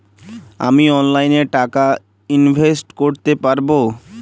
আমি অনলাইনে টাকা ইনভেস্ট করতে পারবো?